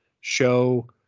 show